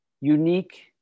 unique